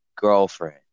girlfriend